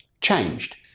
changed